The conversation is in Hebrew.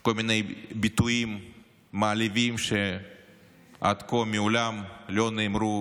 כל מיני ביטויים מעליבים שעד כה מעולם לא נאמרו,